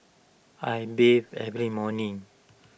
I bathe every morning